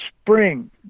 spring